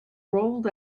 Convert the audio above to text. rolled